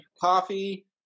coffee